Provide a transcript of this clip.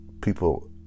people